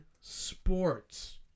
sports